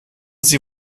sie